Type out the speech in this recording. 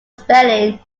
spelling